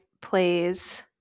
plays